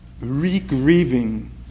re-grieving